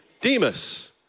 Demas